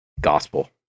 gospel